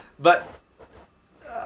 but